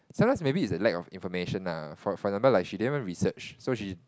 sometimes maybe it's the lack of information ah for for example she didn't even research so she